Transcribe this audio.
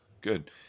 good